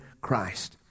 Christ